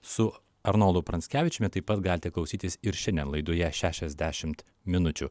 su arnoldu pranckevičiumi taip pat galite klausytis ir šiandien laidoje šešiasdešimt minučių